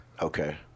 Okay